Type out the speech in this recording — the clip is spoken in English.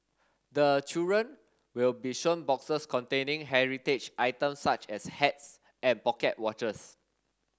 the children will be shown boxes containing heritage items such as hats and pocket watches